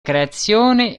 creazione